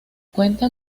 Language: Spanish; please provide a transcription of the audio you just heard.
cuenta